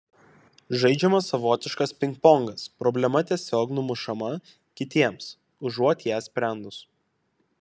žaidžiamas savotiškas pingpongas problema tiesiog numušama kitiems užuot ją sprendus